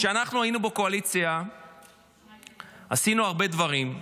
כשאנחנו היינו בקואליציה עשינו הרבה דברים,